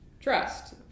trust